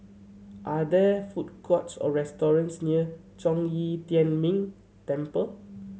are there food courts or restaurants near Zhong Yi Tian Ming Temple